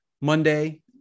monday